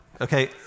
okay